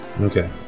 Okay